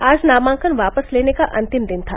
आज नामांकन वापस लेने का अन्तिम दिन था